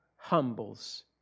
Humbles